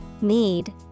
need